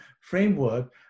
framework